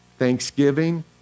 thanksgiving